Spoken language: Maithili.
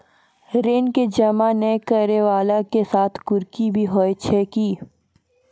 ऋण के जमा नै करैय वाला के साथ कुर्की भी होय छै कि?